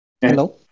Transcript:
hello